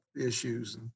issues